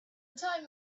time